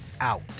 out